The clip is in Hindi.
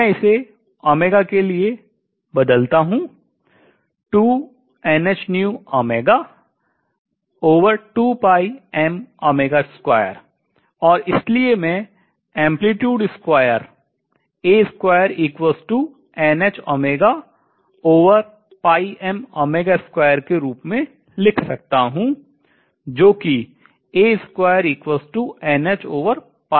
मैं इसे के लिए बदलता हूँ और इसलिए मैं amplitude square आयाम वर्ग के रूप में लिख सकता हूँ जो कि है